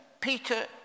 Peter